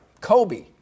Kobe